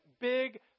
big